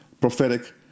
prophetic